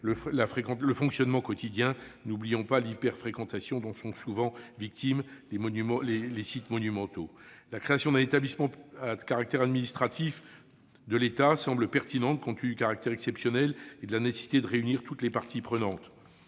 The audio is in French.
le fonctionnement quotidien. N'oublions pas l'hyperfréquentation dont sont souvent victimes les sites monumentaux. La création d'un établissement à caractère administratif de l'État semble pertinente, compte tenu de la nature exceptionnelle du chantier et de la nécessité de réunir toutes les parties prenantes.